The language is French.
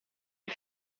est